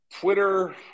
Twitter